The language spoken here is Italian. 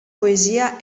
poesia